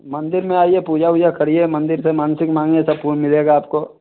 मंदिर में आइए पूजा उजा करिए मंदिर से मन से मांगने से मिलेगा आपको